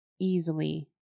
easily